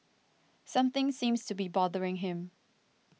something seems to be bothering him